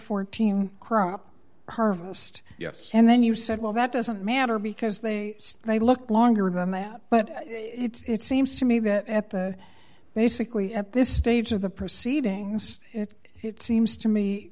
fourteen crop harvest yes and then you said well that doesn't matter because they say they look longer than that but it's seems to me that at the basically at this stage of the proceedings it it seems to me